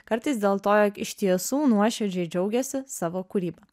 kartais dėl to jog iš tiesų nuoširdžiai džiaugiasi savo kūryba